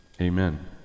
Amen